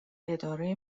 اداره